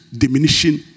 Diminishing